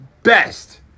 Best